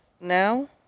now